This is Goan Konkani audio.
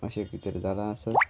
अशें कितेर जालां आसत